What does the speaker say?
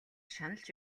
шаналж